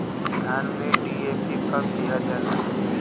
धान में डी.ए.पी कब दिहल जाला?